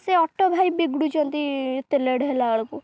ସେ ଅଟୋ ଭାଇ ବିଗୁଡ଼ୁଛନ୍ତି ଏତେ ଲେଟ୍ ହେଲା ବେଳକୁ